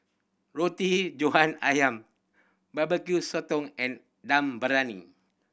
Roti John Ayam Barbecue Sotong and Dum Briyani